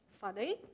Funny